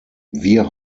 wir